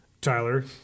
Tyler